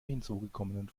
hinzugekommenen